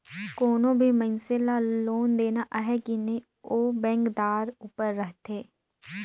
कोनो भी मइनसे ल लोन देना अहे कि नई ओ बेंकदार उपर रहथे